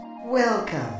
welcome